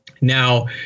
Now